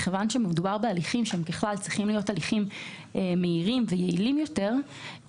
מכיוון שמדובר בהליכים שצריכים להיות הליכים מהירים ויעילים יותר,